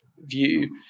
View